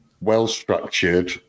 well-structured